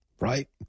Right